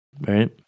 right